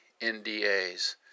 NDAs